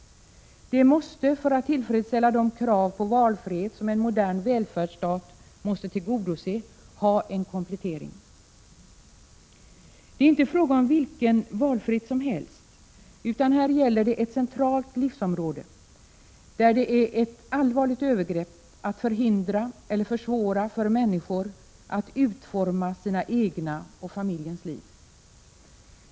Det måste, för att tillfredsställa de krav på valfrihet som en modern välfärdsstat måste tillgodose, ha en komplettering. Det är inte fråga om vilken valfrihet som helst, utan här gäller det ett centralt livsområde där det är ett allvarligt övergrepp att förhindra eller försvåra för människor att utforma sina egna och familjens liv.